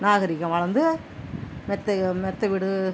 நாகரிகம் வளர்ந்து மெத்தை மெத்த வீடு